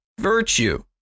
virtue